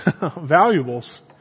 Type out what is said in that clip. Valuables